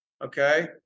Okay